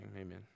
Amen